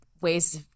ways